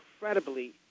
incredibly